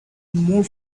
more